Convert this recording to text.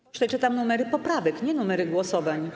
Przeczytam numery poprawek, nie numery głosowań.